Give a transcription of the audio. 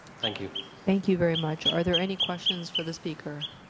thank you thank you very much. are there any questions for the speaker?